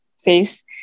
face